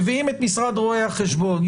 מביאים את משרד רואה החשבון,